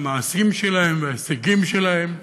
המעשים שלהם וההישגים שלהם.